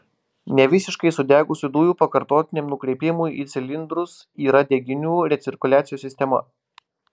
nevisiškai sudegusių dujų pakartotiniam nukreipimui į cilindrus yra deginių recirkuliacijos sistema